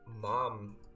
mom